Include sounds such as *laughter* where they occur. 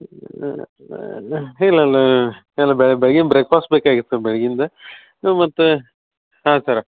*unintelligible* ಇಲಲ್ಲ ಎಲ್ಲ ಬೆಳಗಿಂದು ಬ್ರೇಕ್ಫಾಸ್ಟ್ ಬೇಕಾಗಿತ್ತು ಬೆಳಗಿಂದು ನಾವು ಮತ್ತು ಹಾಂ ಸರ